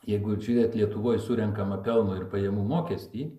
jeigu čia net lietuvoj surenkama pelno ir pajamų mokestį